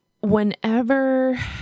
whenever